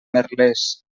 merlès